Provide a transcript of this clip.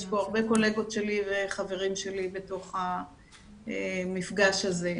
יש פה הרבה קולגות שלי וחברים שלי בתוך המפגש הזה.